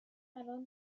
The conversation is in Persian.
الان